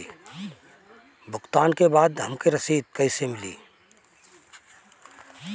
भुगतान के बाद हमके रसीद कईसे मिली?